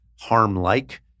harm-like